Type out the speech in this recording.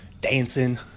Dancing